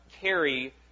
carry